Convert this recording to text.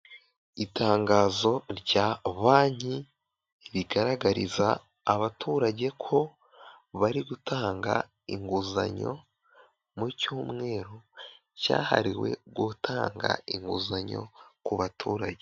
Itangazo rya banki rigaragariza abaturage ko bari gutanga inguzanyo mu cyumweru cyahariwe gutanga inguzanyo ku baturage.